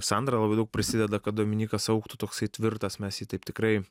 sandra labai daug prisideda kad dominykas augtų toksai tvirtas mes jį taip tikrai